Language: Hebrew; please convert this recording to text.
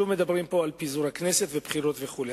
שוב מדברים פה על פיזור הכנסת ועל בחירות וכו'.